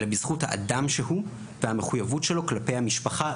אלא בזכות האדם שהוא והמחויבויות שלו כלפי המשפחה,